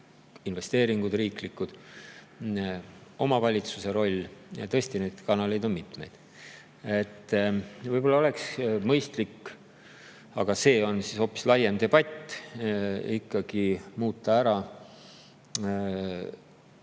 investeeringud, omavalitsuse roll. Tõesti, neid kanaleid on mitmeid. Võib-olla oleks mõistlik – aga see on siis hoopis laiem debatt – ikkagi muuta